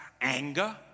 anger